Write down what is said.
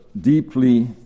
deeply